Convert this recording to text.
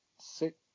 six